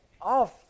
off